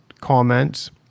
comments